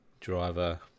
driver